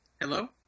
Hello